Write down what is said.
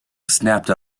snapped